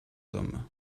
hommes